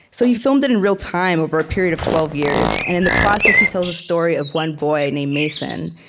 so he filmed it in real time, over a period of twelve years. and in the process, he tells the story of one boy, named mason,